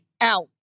out